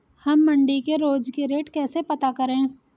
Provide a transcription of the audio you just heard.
हम मंडी के रोज के रेट कैसे पता करें?